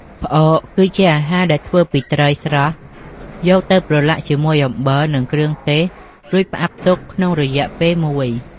ផ្អក គឺជាអាហារដែលធ្វើពីត្រីស្រស់យកទៅប្រឡាក់ជាមួយអំបិល និងគ្រឿងទេស រួចផ្អាប់ទុកក្នុងរយៈពេលមួយ។